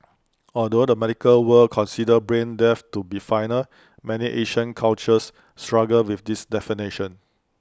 although the medical world considers brain death to be final many Asian cultures struggle with this definition